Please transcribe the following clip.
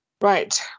Right